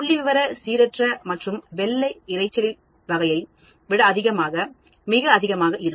புள்ளிவிவர சீரற்ற மற்றும் வெள்ளை இரைச்சல் வகையை விட அதிகமாக மிக அதிகமாக இருக்கும்